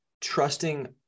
trusting